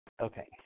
Okay